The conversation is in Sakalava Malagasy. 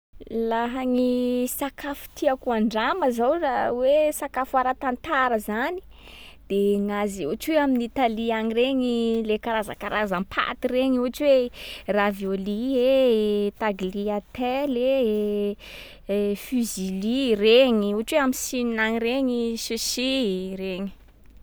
Laha gny sakafo tiàko andrama zao raha hoe sakafo ara-tantara zany, de gnazy ohatry hoe amin’Italie any regny, le karazakarazam-paty regny ohatry hoe ravioli e, tagliatelle e, fusilli, regny. Ohatry hoe am’Chine regny sushi i, regny.